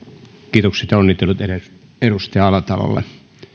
kiitokset ja onnittelut edustaja alatalolle